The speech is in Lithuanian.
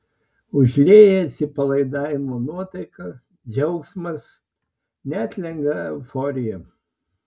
užlieja atsipalaidavimo nuotaika džiaugsmas net lengva euforija